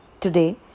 Today